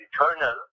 eternal